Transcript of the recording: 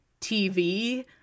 TV